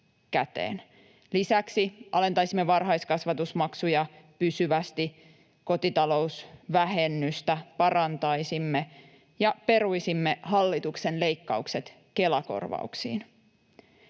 Lisäksi alentaisimme varhaiskasvatusmaksuja pysyvästi, kotitalousvähennystä parantaisimme ja peruisimme hallituksen leikkaukset Kela-korvauksiin.